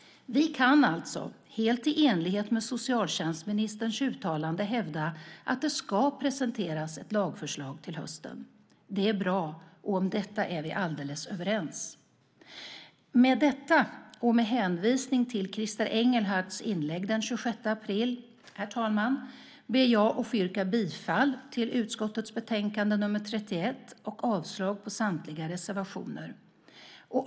Vi kan alltså, helt i enlighet med socialtjänstministerns uttalande, hävda att det ska presenteras ett lagförslag till hösten. Det är bra, och om detta är vi alldeles överens. Med detta och med hänvisning till Christer Engelhardts inlägg den 26 april, herr talman, ber jag att få yrka bifall till förslaget i utskottets betänkande nr 31 och avslag på samtliga reservationer.